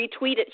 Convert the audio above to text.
retweeted